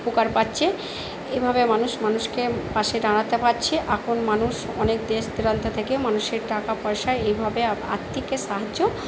উপকার পাচ্ছে এইভাবে মানুষ মানুষকে পাশে দাঁড়াতে পাচ্ছে আপন মানুষ অনেক দেশ দূরান্ত থেকে মানুষের টাকা পয়সা এইভাবে আর্থিকের সাহায্য